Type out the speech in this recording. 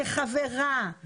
כחברה,